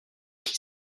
qui